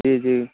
जी जी